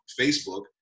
Facebook